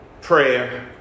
prayer